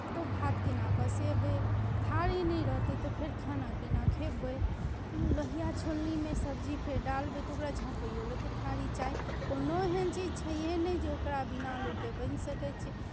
तऽ ओ भात केना पसेबै थारी नहि रहतै तऽ फेर खाना केना खेबै लोहिया छोलनीमे सब्जी फेर डालबै तऽ ओकरा झँपैयो लेल तऽ थारी चाही कोनो एहन चीज छैहे नहि जे ओकरा बिना लोकके बनि सकै छै